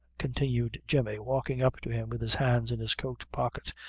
continued jemmy, walking up to him, with his hands in his coat pocket,